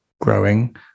growing